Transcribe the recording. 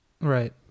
Right